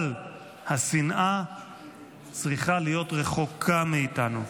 אבל השנאה צריכה להיות רחוקה מאיתנו.